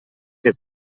que